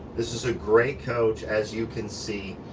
this is a great coach, as you can see.